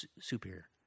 superior